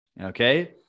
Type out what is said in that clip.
Okay